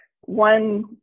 one